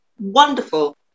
wonderful